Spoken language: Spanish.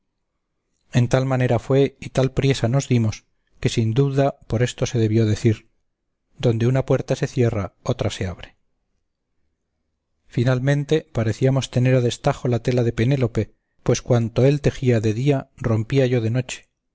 en tal manera fue y tal priesa nos dimos que sin dubda por esto se debió decir donde una puerta se cierra otra se abre finalmente parecíamos tener a destajo la tela de penélope pues cuanto él tejía de día rompía yo de noche